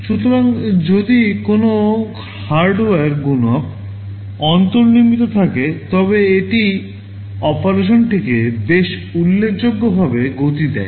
সুতরাং যদি কোনও হার্ডওয়্যার গুণক অন্তর্নির্মিত থাকে তবে এটি অপারেশনটিকে বেশ উল্লেখযোগ্যভাবে গতি দেয়